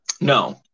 no